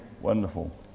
wonderful